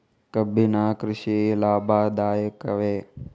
ಕಬ್ಬಿನ ಕೃಷಿ ಲಾಭದಾಯಕವೇ?